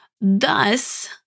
Thus